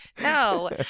No